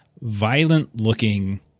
violent-looking